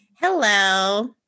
Hello